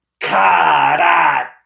karate